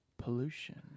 pollution